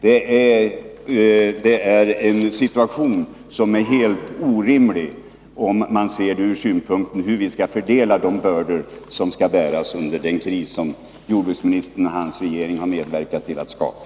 Det är en situation som är helt orimlig, om man ser det utifrån hur vi skall fördela de bördor som skall bäras under den kris som jordbruksministern och hans regering har medverkat till att skapa.